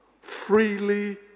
freely